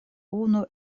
unu